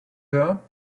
her